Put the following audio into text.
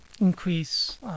increase